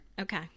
Okay